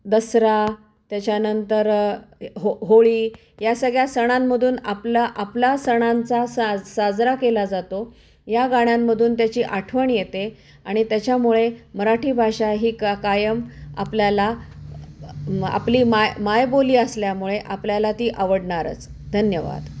दसरा त्याच्यानंतर हो होळी या सगळ्या सणांमधून आपला आपला सणांचा सा साजरा केला जातो या गाण्यांमधून त्याची आठवण येते आणि त्याच्यामुळे मराठी भाषा ही का कायम आपल्याला आपली माय मायबोली असल्यामुळे आपल्याला ती आवडणारच धन्यवाद